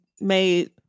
made